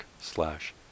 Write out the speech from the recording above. slash